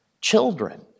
children